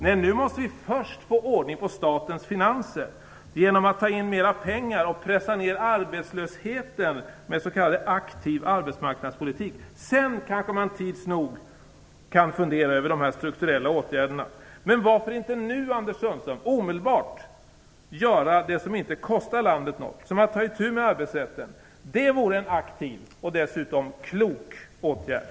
Nej, nu måste vi först få ordning på statens finanser genom att ta in mera pengar och pressa ned arbetslösheten med s.k. aktiv arbetsmarknadspolitik. Sedan kanske man kan fundera över de strukturella åtgärderna. Men varför inte nu omedelbart, Anders Sundström, göra det som inte kostar landet någonting som att ta itu med arbetsrätten? Det vore en aktiv och dessutom klok åtgärd!